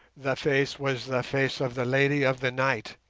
the face was the face of the lady of the night,